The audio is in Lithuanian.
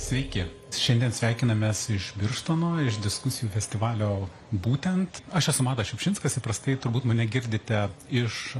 sveiki šiandien sveikinamės iš birštono iš diskusijų festivalio būtent aš esu matas šiupšinskas įprastai turbūt mane girdite iš